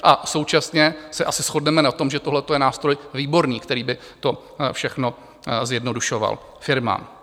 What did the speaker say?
A současně se asi shodneme na tom, že tohle je nástroj výborný, který by to všechno zjednodušoval firmám.